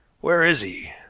where is he?